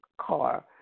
car